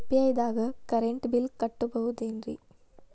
UPI ದಾಗ current bill ಕಟ್ಟಬಹುದೇನ್ರಿ?